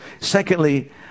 Secondly